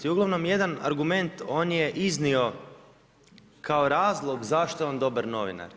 I uglavnom jedan argument on je iznio kao razlog zašto je on dobar novinar.